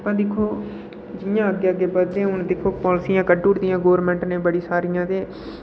पर दिक्खो जियां अग्गें अग्गें हू'न दिक्खो पालसियां कड्ढी दियां गौरमेंट नै ते बड़ी सारियां ते